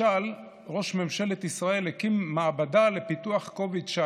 משל ראש ממשלת ישראל הקים מעבדה לפיתוח COVID-19